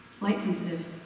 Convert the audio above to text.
Light-sensitive